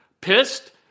pissed